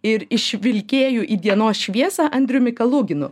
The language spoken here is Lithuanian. ir išvilkėju į dienos šviesą andriumi kaluginu